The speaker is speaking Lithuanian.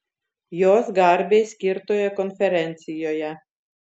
jos garbei skirtoje konferencijoje